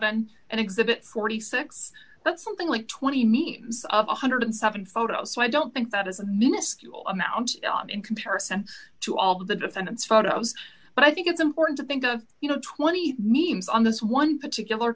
seven and exhibit forty six but something like twenty means of one hundred and seven photos so i don't think that is a minuscule amount in comparison to all the defendants photos but i think it's important to think of you know twenty means on this one particular